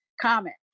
comment